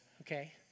okay